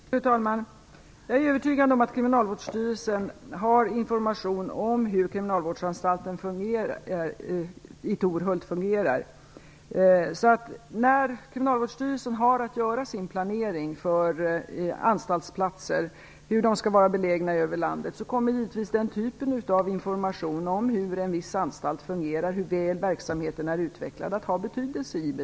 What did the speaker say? Fru talman! Jag är övertygad om att Kriminalvårdsstyrelsen har information om hur kriminalvårdsanstalten i Torhult fungerar. När Kriminalvårdsstyrelsen har att göra sin planering för hur anstaltsplatser skall vara fördelade över landet kommer givetvis information om hur en viss anstalt fungerar och hur väl verksamheten är utvecklad att ha betydelse.